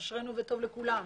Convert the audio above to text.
אשרינו וטוב לכולם,